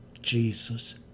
Jesus